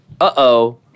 Uh-oh